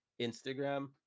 instagram